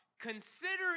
Considering